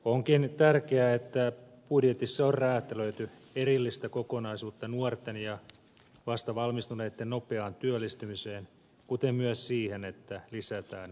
onkin tärkeää että budjetissa on räätälöity erillistä kokonaisuutta nuorten ja vastavalmistuneitten nopeaan työllistymiseen kuten myös siihen että lisätään koulutuspaikkoja